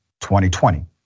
2020